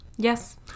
Yes